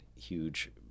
huge